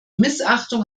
missachtung